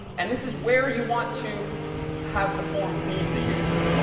and this is where you want to have the form lead the user.